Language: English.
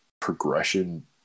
progression